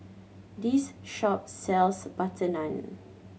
this shop sells butter naan